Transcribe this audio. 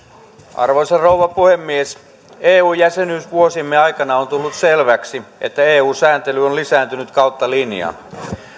arvoisa rouva puhemies eu jäsenyysvuosiemme aikana on on tullut selväksi että eu sääntely on lisääntynyt kautta linjan